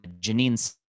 Janine